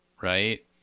right